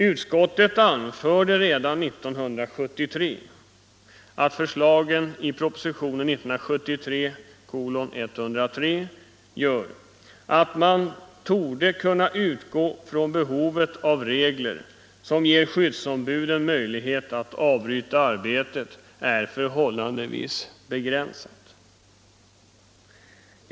Utskottet anförde redan 1973 att förslagen i propositionen 103 gjorde att man torde kunna utgå från att behovet av regler som ger skyddsombuden möjlighet att avbryta arbetet är förhållandevis begränsat.